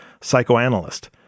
psychoanalyst